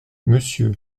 monsieur